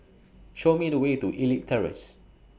Show Me The Way to Elite Terrace